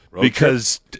because-